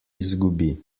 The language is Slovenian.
izgubi